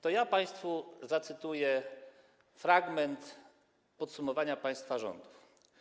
To ja państwu zacytuję fragment podsumowania państwa rządów.